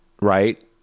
right